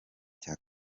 cya